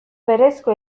berezko